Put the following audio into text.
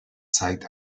zeigt